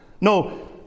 No